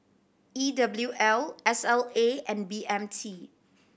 E W L S L A and B M T